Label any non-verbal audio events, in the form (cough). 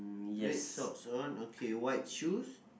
red socks (noise) on okay white shoes